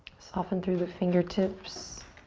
soften through the fingertips.